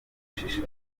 shisha